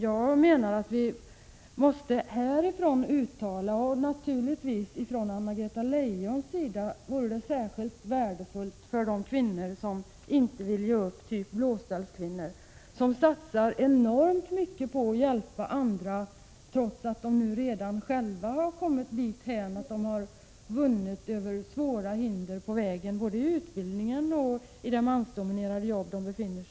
Jag menar att vi härifrån måste uttala vårt stöd — och naturligtvis vore det särskilt värdefullt med ett stöd från Anna-Greta Leijons sida — för de kvinnor som inte vill ge upp, av typen Blåställskvinnor. De satsar enormt mycket på att hjälpa andra, trots att de redan själva har övervunnit svåra hinder på vägen både i utbildningen och i de mansdominerade jobb de har.